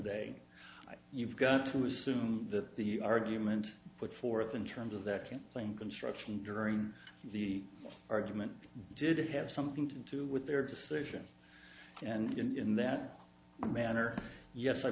they you've got to assume that the argument put forth in terms of that can claim construction during the argument did have something to do with their decision and in that manner yes i